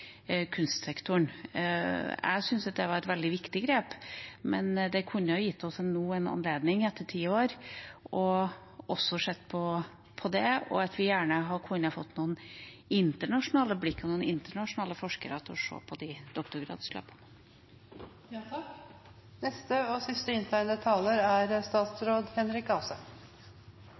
kunstsektoren? Jeg syntes det var et veldig viktig grep, men det kunne gitt oss nå, etter ti år, en anledning til å se også på det, og vi kunne gjerne ha fått noen internasjonale blikk, fått noen internasjonale forskere til å se på